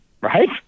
right